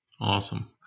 awesome